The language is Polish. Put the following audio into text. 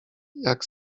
jak